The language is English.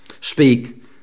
speak